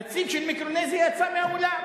הנציג של מיקרונזיה יצא מהאולם.